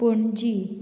Panaji